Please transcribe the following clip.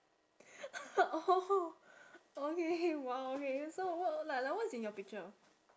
oh okay !wow! okay so what like like what's in your picture